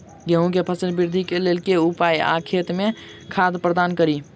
गेंहूँ केँ फसल वृद्धि केँ लेल केँ उपाय आ खेत मे खाद प्रदान कड़ी?